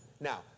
Now